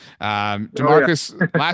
Demarcus